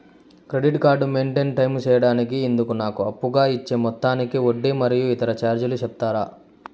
Credit card maintain time సేయడానికి ఇందుకు నాకు అప్పుగా ఇచ్చే మొత్తానికి వడ్డీ మరియు ఇతర చార్జీలు సెప్తారా?